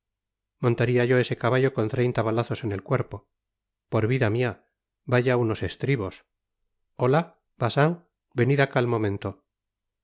montaria yo ese caballo con treinta balazos en el cuerpo por vida mia vaya unos estribos ola bacin venid acá al momento